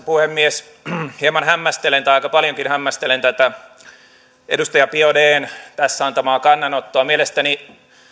puhemies hieman hämmästelen tai aika paljonkin hämmästelen tätä edustaja biaudetn tässä antamaa kannanottoa mielestäni